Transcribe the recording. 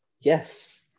Yes